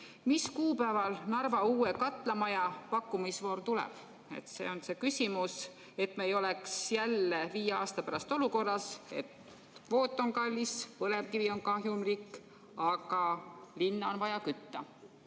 Mis kuupäeval Narva uue katlamaja pakkumisvoor tuleb? Ma küsin seda, et me ei oleks viie aasta pärast jälle olukorras, kus kvoot on kallis, põlevkivi on kahjumlik, aga linna on vaja kütta.